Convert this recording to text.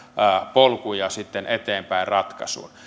polkuja eteenpäin ratkaisuun